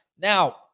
Now